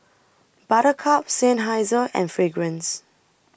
Buttercup Seinheiser and Fragrance